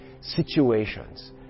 situations